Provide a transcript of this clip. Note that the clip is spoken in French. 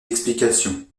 explications